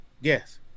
Yes